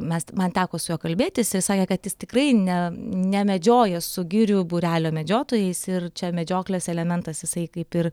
mes man teko su juo kalbėti jisai sakė kad jis tikrai ne nemedžioja su girių būrelio medžiotojais ir čia medžioklės elementas jisai kaip ir